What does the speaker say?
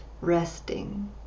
resting